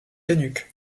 canucks